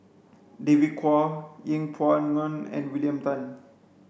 David Kwo Yeng Pway Ngon and William Tan